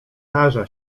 tarza